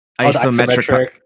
isometric